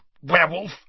werewolf